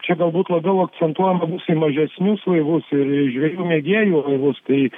čia galbūt labiau akcentuojama bus į mažesnius laivus ir į žvejų mėgėjų laivus tai